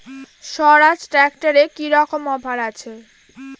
স্বরাজ ট্র্যাক্টরে কি রকম অফার আছে?